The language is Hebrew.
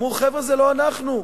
הם אמרו: חבר'ה, זה לא אנחנו,